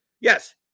Yes